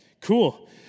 cool